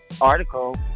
article